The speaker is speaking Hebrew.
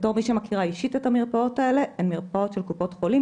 בתור מי שמכירה אישית את המרפאות האלה - אלה מרפאות של קופות החולים,